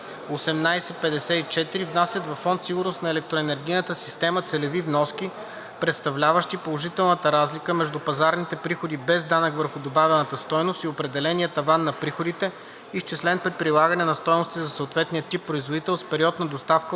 внасят във Фонд „Сигурност на електроенергийната система“ целеви вноски, представляващи положителната разлика между пазарните приходи без данък върху добавената стойност и определения таван на приходите, изчислен при прилагане на стойностите за съответния тип производител, с период на доставка